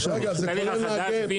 --- גם בחדש שגיבשתם עכשיו יחד?